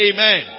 Amen